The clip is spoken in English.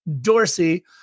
Dorsey